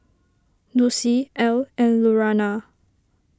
Lucie Ell and Lurana